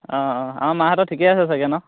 অঁ অঁ আমাৰ মাহঁতৰ ঠিকেই আছে চাগে ন